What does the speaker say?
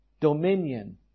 dominion